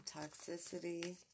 toxicity